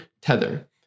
Tether